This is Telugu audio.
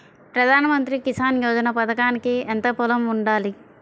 ప్రధాన మంత్రి కిసాన్ యోజన పథకానికి ఎంత పొలం ఉండాలి?